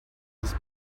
his